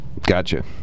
Gotcha